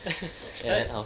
that